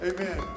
Amen